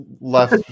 left